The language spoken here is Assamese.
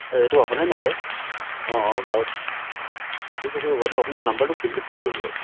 এইটো আপোনাৰ নাম্বাৰ অঁ অঁ বাৰু ঠিক আছে বাৰু এইটো আপোনাৰ নাম্বাৰটো কি বুলি ছেভ কৰিম বাৰু